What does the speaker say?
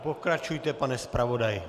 Pokračujte, pane zpravodaji.